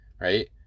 right